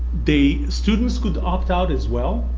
the students could opt-out as well.